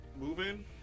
moving